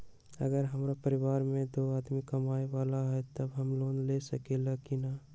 अगर हमरा परिवार में दो आदमी कमाये वाला है त हम लोन ले सकेली की न?